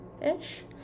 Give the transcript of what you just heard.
ish